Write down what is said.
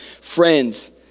Friends